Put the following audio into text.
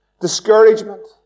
discouragement